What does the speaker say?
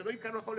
שלא יכול להיות,